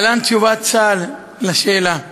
להלן תשובת צה"ל על השאלה: